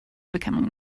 becoming